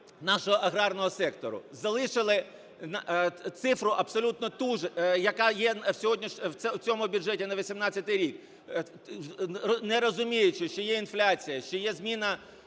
нашого аграрного сектору. Залишили цифру абсолютно ту ж, яка є в цьому бюджеті на 2018 рік, не розуміючи, що є інфляція, що є зміна